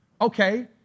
okay